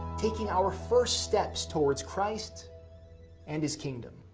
taking our first steps towards christ and his kingdom.